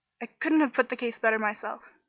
i couldn't have put the case better myself.